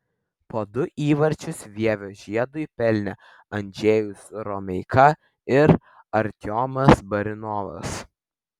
po du įvarčius vievio žiedui pelnė andžejus romeika ir artiomas barinovas